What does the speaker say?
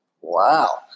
Wow